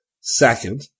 Second